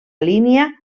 línia